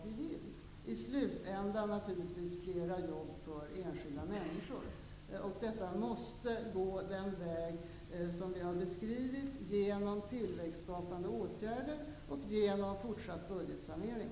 Det betyder i slutändan fler jobb för enskilda människor. Man måste då gå den väg som vi har beskrivit, nämligen genom tillväxtskapande åtgärder och fortsatt budgetsanering.